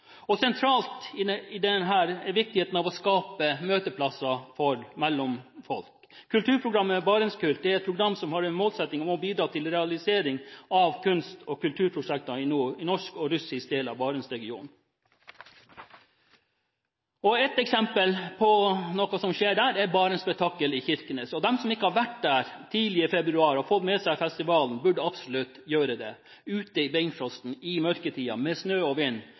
Sentralt i denne er viktigheten av å skape møteplasser mellom folk. Kulturprogrammet BarentsKult har som målsetting å bidra til realisering av kunst- og kulturprosjekter i nord – i norsk og russisk del av Barentsregionen. Et eksempel på noe som skjer der, er Barents Spektakel i Kirkenes. De som ikke har vært der, tidlig i februar, og fått med seg festivalen, burde absolutt det – ute i beinfrosten, i mørketiden med snø og vind,